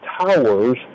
Tower's